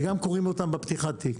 וגם קורעים אותם בפתיחת התיק.